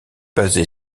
basée